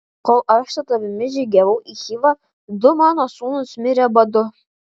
kol aš su tavimi žygiavau į chivą du mano sūnūs mirė badu